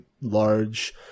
large